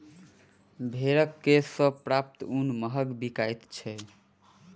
भेंड़क केश सॅ प्राप्त ऊन महग बिकाइत छै